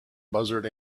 buzzard